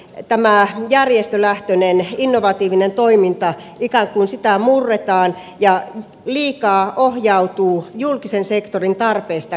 tämä järjestö lähteneen innovatiivinen enemmän ikään kuin tätä järjestölähtöistä innovatiivista toimintaa murretaan ja se liikaa ohjautuu julkisen sektorin tarpeista käsin